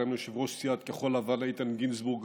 גם ליושב-ראש סיעת כחול לבן איתן גינזבורג,